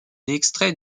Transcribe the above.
extrait